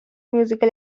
musical